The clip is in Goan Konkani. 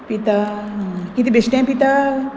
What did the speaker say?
पिता कितें बेश्टें पिता